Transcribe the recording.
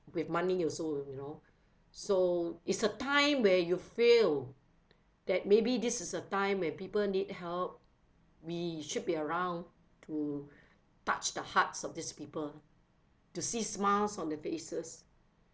with money also you know so it's a time where you fail that maybe this is a time when people need help we should be around to touch the hearts of these people to see smiles on their faces